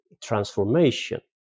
transformation